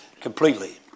completely